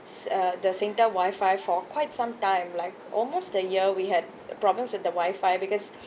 uh the Singtel wifi for quite some time like almost a year we had problems with the wifi because